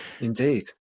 Indeed